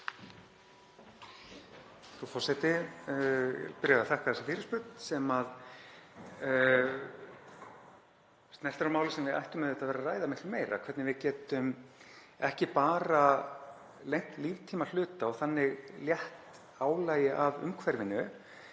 Frú forseti. Ég vil byrja á að þakka þessa fyrirspurn sem snertir á máli sem við ættum að vera að ræða miklu meira, hvernig við getum ekki bara lengt líftíma hluta og þannig létt álagi af umhverfinu